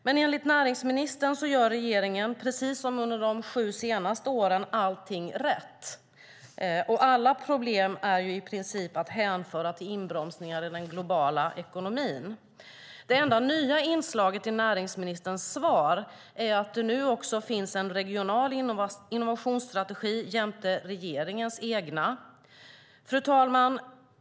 Men enligt näringsministern gör regeringen, precis som under de senaste sju åren, allting rätt - och alla problem är i princip att hänföra till inbromsningar i den globala ekonomin. Det enda nya inslaget i näringsministerns svar är att det nu också finns en regional innovationsstrategi jämte regeringens egen. Fru talman!